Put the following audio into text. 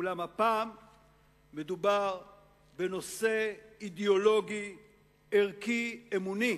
אולם הפעם מדובר בנושא אידיאולוגי ערכי, אמוני,